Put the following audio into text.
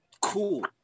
cool